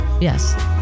Yes